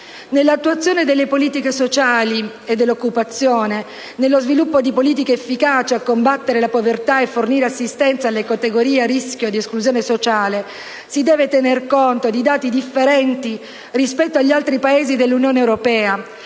Nell'attuazione delle politiche sociali e dell'occupazione, nello sviluppo di politiche efficaci a combattere la povertà e a fornire assistenza alle categorie a rischio di esclusione sociale, si deve tener conto di dati differenti rispetto agli altri Paesi dell'Unione europea: